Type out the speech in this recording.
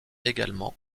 également